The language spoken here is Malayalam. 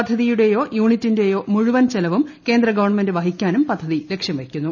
പദ്ധതിയുടെയോ യൂണിറ്റിന്റെയോ മുഴുവൻ ചെലവും കേന്ദ്ര ഗവൺമെന്റ് വഹിക്കാനും പദ്ധതി ലക്ഷ്യം വയ്ക്കുന്നു